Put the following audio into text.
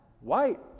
white